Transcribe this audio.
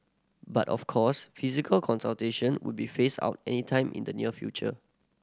but of course physical consultation would be phased out anytime in the near future